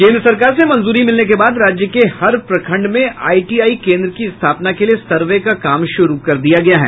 केन्द्र सरकार से मंजूरी मिलने के बाद राज्य के हर प्रखंड में आईटीआई केन्द्र की स्थापना के लिए सर्वे का काम शुरू कर दिया गया है